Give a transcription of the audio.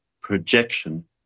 projection